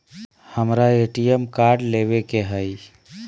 हमारा ATM card लेव के हई